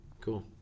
Cool